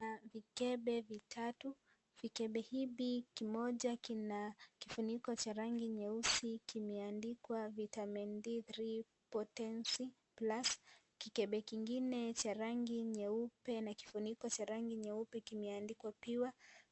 Kuna vikebe vitatu, vikebe hivi kimoja kina kifuniko cha rangi nyeusi kinaandikwa vitamin D3 potency plus . Kikebe kingine cha rangi nyeupe na kifuniko cha rangi nyeupe kimeandikwa pure